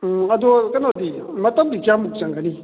ꯎꯝ ꯑꯗꯣ ꯀꯩꯅꯣꯗꯤ ꯃꯇꯝꯗꯤ ꯀꯌꯥꯝꯃꯨꯛ ꯆꯪꯒꯅꯤ